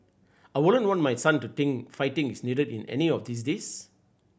I wouldn't want my son to think fighting is needed in of these days